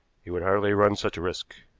he would hardly run such a risk.